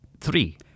Three